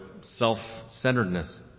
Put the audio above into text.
self-centeredness